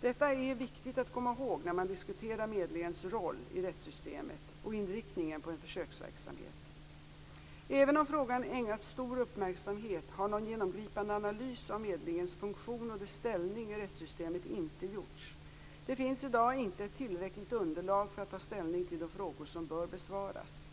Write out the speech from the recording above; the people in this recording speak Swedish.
Detta är viktigt att komma ihåg när man diskuterar medlingens roll i rättssystemet och inriktningen på en försöksverksamhet. Även om frågan ägnats stor uppmärksamhet har någon genomgripande analys av medlingens funktion och dess ställning i rättssystemet inte gjorts. Det finns i dag inte ett tillräckligt underlag för att ta ställning till de frågor som bör besvaras.